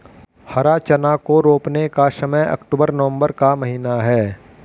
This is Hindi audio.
हरा चना को रोपने का समय अक्टूबर नवंबर का महीना है